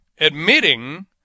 admitting